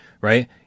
Right